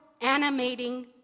animating